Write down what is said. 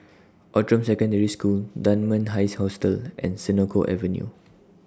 Outram Secondary School Dunman High Hostel and Senoko Avenue